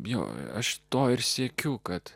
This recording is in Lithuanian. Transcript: jog aš to ir siekiu kad